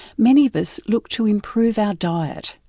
many of us look to improve our diet,